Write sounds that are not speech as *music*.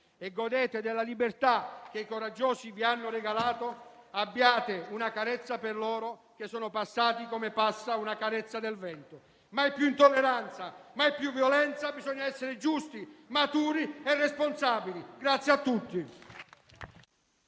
e godete della libertà che i coraggiosi vi hanno regalato, abbiate una carezza per loro che sono passati come passa una carezza nel vento. Mai più intolleranza, mai più violenza! Bisogna essere giusti, maturi e responsabili. *applause*